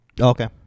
Okay